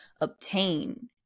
obtain